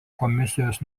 komisijos